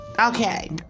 Okay